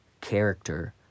character